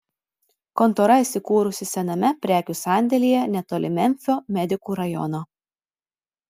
kontora įsikūrusi sename prekių sandėlyje netoli memfio medikų rajono